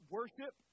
Worship